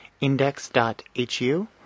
index.hu